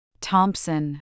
Thompson